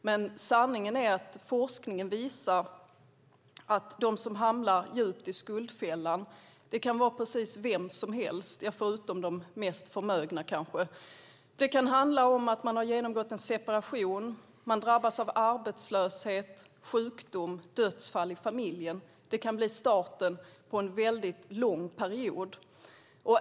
Men sanningen är att forskningen visar att de som hamnar djupt i skuldfällan kan vara precis vem som helst, förutom kanske de mest förmögna. Det kan handla om att man har genomgått en separation eller att man drabbas av arbetslöshet, sjukdom eller dödsfall i familjen. Det kan bli starten på en lång period.